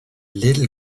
little